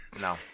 no